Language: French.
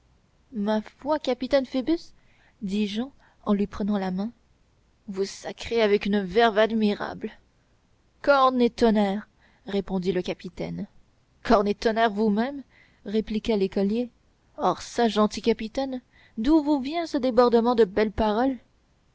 ma foi capitaine phoebus dit jehan en lui prenant la main vous sacrez avec une verve admirable corne et tonnerre répondit le capitaine corne et tonnerre vous-même répliqua l'écolier or çà gentil capitaine d'où vous vient ce débordement de belles paroles